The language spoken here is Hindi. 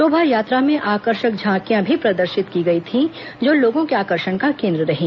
शोभा यात्रा में झांकियां भी प्रदर्शित की गई थी जो लोगों के आकर्षण का केन्द्र रहीं